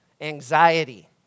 anxiety